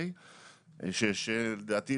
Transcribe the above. לדעתי,